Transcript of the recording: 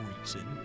Reason